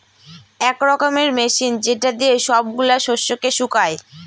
এক রকমের মেশিন যেটা দিয়ে সব গুলা শস্যকে শুকায়